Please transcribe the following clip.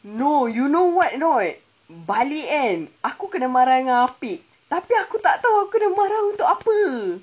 no you know what or not balik kan aku kena marah dengan apit tapi aku tak tahu aku kena marah untuk apa